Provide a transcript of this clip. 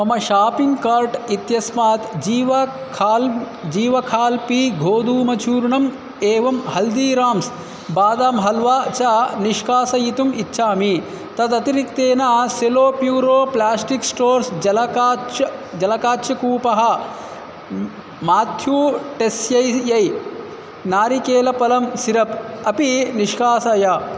मम shopping cart इत्यस्मात् जीवा क्खाल् जीव खाल्पी गोधूमचूर्णम् एवं हल्दीराम्स् बादाम् हल्वा च निष्कासयितुम् इच्छामि तदतिरिक्तेन सेलो प्यूरो प्लास्टिक् स्टोर्स् जलकाच्य जलकाच्यकूपः माथ्यू टेस्यैः यै नारिकेलपलं सिरप् अपि निष्कासय